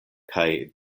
kaj